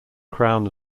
crown